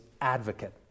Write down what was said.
advocate